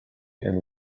and